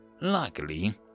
Luckily